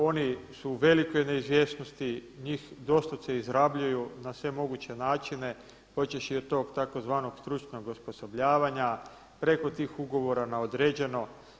Oni su u velikoj neizvjesnosti, njih doslovce izrabljuju na sve moguće načine počevši od tog tzv. stručnog osposobljavanja, preko tih ugovora na određeno.